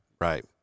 Right